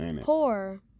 Poor